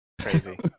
Crazy